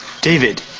David